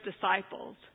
disciples